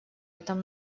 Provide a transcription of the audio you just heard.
этом